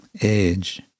age